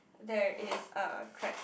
there is a trap